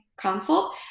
consult